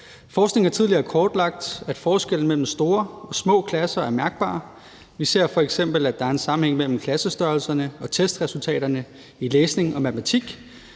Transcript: Forskning har tidligere kortlagt, at forskellen mellem store og små klasser er mærkbar. Vi ser f.eks., at der er en sammenhæng mellem klassestørrelserne og testresultaterne i læsning og matematik,